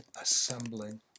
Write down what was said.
assembling